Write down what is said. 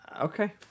Okay